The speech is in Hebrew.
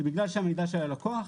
בגלל שהמידע הוא של הלקוח,